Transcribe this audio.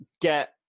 get